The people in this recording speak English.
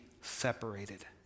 separated